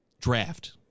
draft